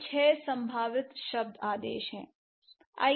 ये 6 संभावित शब्द आदेश हैं